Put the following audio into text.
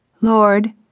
Lord